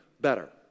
better